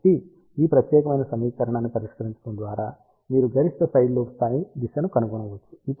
కాబట్టి ఈ ప్రత్యేకమైన సమీకరణాన్ని పరిష్కరించడం ద్వారా మీరు గరిష్ట సైడ్ లోబ్ స్థాయి దిశను కనుగొనవచ్చు